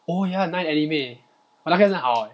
oh ya nine anime 哇那个也是很好 leh